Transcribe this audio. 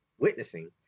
witnessing